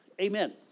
Amen